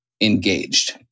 engaged